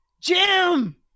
Jim